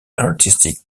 artistic